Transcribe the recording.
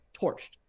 Torched